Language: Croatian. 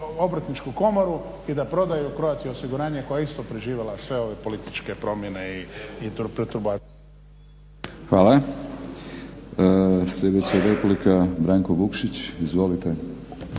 Hvala. Sljedeća replika, Josip Borić. Izvolite